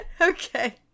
Okay